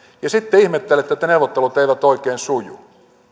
ja sitten ihmettelette että neuvottelut eivät oikein suju